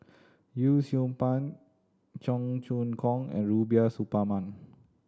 Yee Siew Pun Cheong Choong Kong and Rubiah Suparman